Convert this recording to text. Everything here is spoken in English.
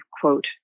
quote